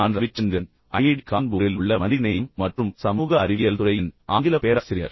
நான் ரவிச்சந்திரன் ஐஐடி கான்பூரில் உள்ள மனிதநேயம் மற்றும் சமூக அறிவியல் துறையின் ஆங்கிலப் பேராசிரியர்